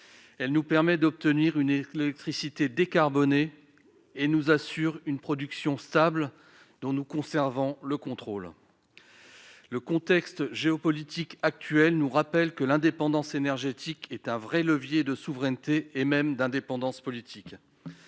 Elle nous permet d'obtenir une électricité décarbonée et nous assure une production stable dont nous conservons le contrôle. Le contexte géopolitique actuel nous rappelle que l'indépendance énergétique est un vrai levier de souveraineté et même d'indépendance politique.